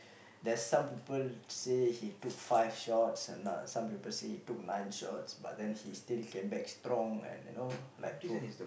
there's some people say he took five shots and uh some people say he took nine shots but then he still came back strong and you know like prove